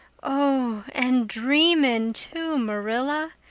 oh, and dream in too, marilla.